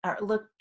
look